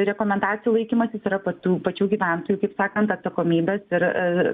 rekomendacijų laikymasis yra patų pačių gyventojų kaip sakant atsakomybės ir